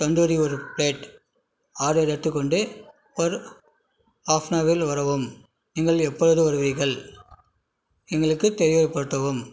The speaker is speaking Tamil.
தந்தூரி ஒரு ப்ளேட் ஆர்டர் எடுத்துக்கொண்டு ஒரு ஹாஃபனவரில் வரவும் நீங்கள் எப்பொழுது வருவீர்கள் எங்களுக்கு தெரியப்படுத்தவும்